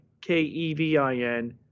K-E-V-I-N